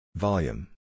Volume